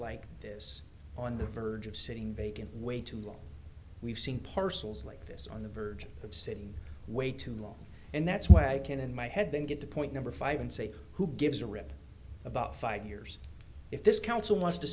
like this on the verge of sitting vacant way too long we've seen parcels like this on the verge of sitting way too long and that's why i can't in my head then get to point number five and say who gives a rip about five years if this council wants to